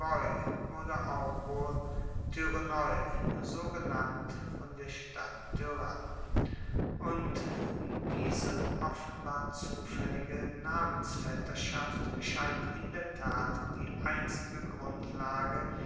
oder auch wohl so genannt von der stadt und diese offenbar zufaellige namensvetterschaft scheint in der tat die einzige grundlage